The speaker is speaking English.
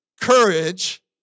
courage